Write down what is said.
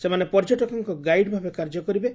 ସେମାନେ ପର୍ଯ୍ୟଟକଙ୍କ ଗାଇଡ୍ ଭାବେ କାର୍ଯ୍ୟ କରିବେ